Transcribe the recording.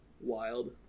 wild